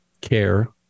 care